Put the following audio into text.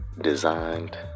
designed